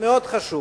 מאוד חשוב,